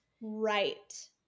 Right